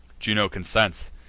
juno consents,